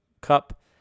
cup